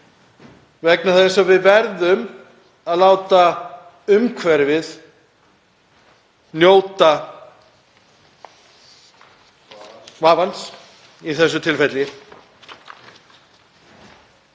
vegna þess að við verðum að láta umhverfið njóta vafans í þessu tilfelli.